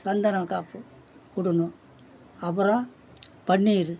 சந்தனம் காப்பு விடுணும் அப்புறம் பன்னீர்